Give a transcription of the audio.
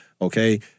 okay